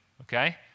okay